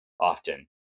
often